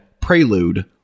prelude